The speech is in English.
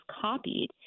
copied